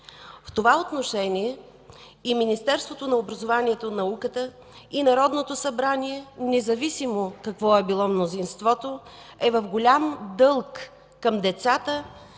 В това отношение и Министерството на образованието и науката, и Народното събрание, независимо какво е било мнозинството, е в голям дълг към децата,